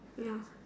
ya